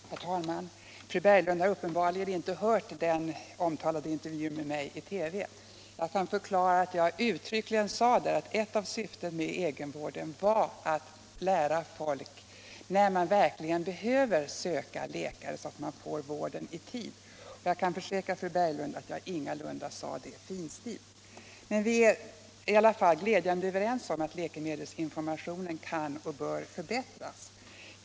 Herr talman! Fru Berglund har uppenbarligen inte hört den omtalade intervjun med mig i TV. Jag kan förklara att jag uttryckligen sade att ett av syftena med egenvården är att lära folk när man verkligen behöver söka läkare för att få vård i tid, och jag kan försäkra fru Berglund att jag ingalunda sade det ”finstilt”. Vi är i alla fall glädjande överens om att läkemedelsinformationen kan och bör förbättras.